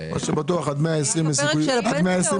אני אומר שכל עוד זה